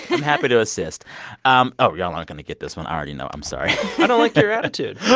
i'm happy to assist um oh, y'all aren't going to get this one. i already know. i'm sorry i don't like your attitude